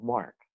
Mark